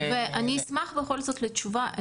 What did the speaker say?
אני אשמח בכל זאת לתשובה,